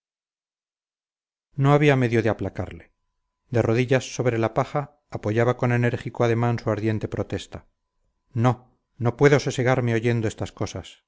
no había medio de aplacarle de rodillas sobre la paja apoyaba con enérgico ademán su ardiente protesta no no puedo sosegarme oyendo estas cosas